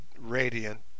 radiant